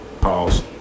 pause